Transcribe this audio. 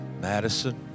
Madison